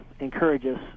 encourages